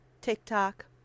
TikTok